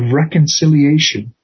reconciliation